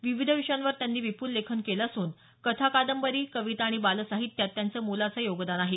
विविध विषयांवर त्यांनी विपूल लेखन केलं असून कथा कादंबरी कविता आणि बालसाहित्यात त्यांचं मोलाचं योगदान आहे